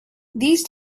these